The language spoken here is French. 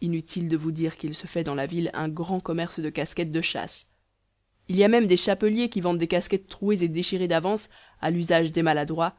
inutile de vous dire qu'il se fait dans la ville un grand commerce de casquettes de chasse il y a même des chapeliers qui vendent des casquettes trouées et déchirées d'avance à l'usage des maladroits